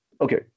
Okay